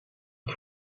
het